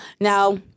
Now